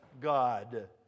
God